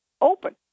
open